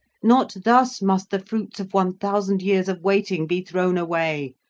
not thus must the fruits of one thousand years of waiting be thrown away.